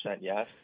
yes